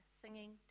singing